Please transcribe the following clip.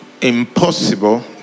impossible